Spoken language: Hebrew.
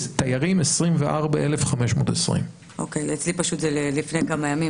תיירים 24,520. אצלי זה מלפני כמה ימים,